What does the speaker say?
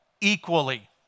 equally